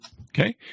Okay